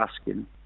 asking